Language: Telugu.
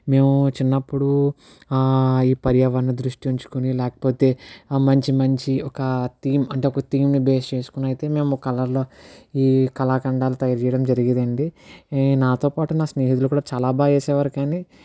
మేము చిన్నప్పుడు ఈ పర్యావరణాన్ని దృష్టి ఉంచుకొని లేకపోతే మంచి మంచి ఒక థీమ్ అంటే ఒక థీమ్ని బేస్ చేసుకుని అయితే మేము కలర్లు ఈ కళాఖండాలు తయారు చేయడం జరిగేదండి ఈ నాతోపాటు నా స్నేహితులు కూడా బాగా వేసేవారు కానీ